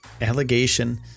allegation